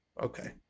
Okay